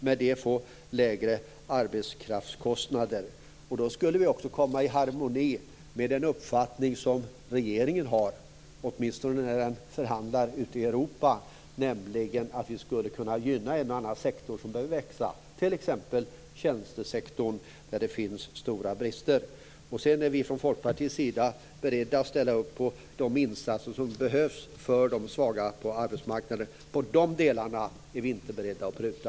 Med det får vi lägre arbetskraftskostnader. Då skulle vi också komma i harmoni med den uppfattning som regeringen har, åtminstone när den förhandlar ute i Europa. Då skulle vi nämligen kunna gynna en och annan sektor som behöver växa, t.ex. tjänstesektorn. Där finns det stora brister. Sedan är vi från Folkpartiets sida beredda att ställa upp på de insatser som behövs för de svaga på arbetsmarknaden. I de delarna är vi inte beredda att pruta.